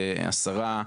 השרה,